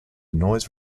noise